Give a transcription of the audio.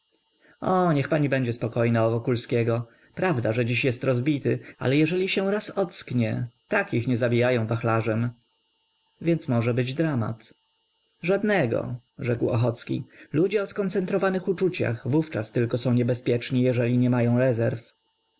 o niech pani będzie spokojna o wokulskiego prawda że dziś jest rozbity ale jeżeli się raz ocknie takich nie zabijają wachlarzem więc może być dramat żadnego rzekł ochocki ludzie o skoncentrowanych uczuciach wówczas tylko są niebezpieczni jeżeli nie mają rezerw